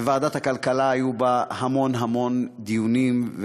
בוועדת הכלכלה היו המון המון דיונים.